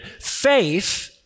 faith